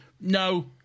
no